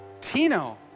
Tino